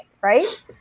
Right